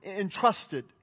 Entrusted